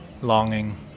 longing